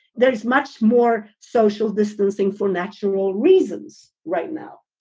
there's much more social distancing for natural reasons right now.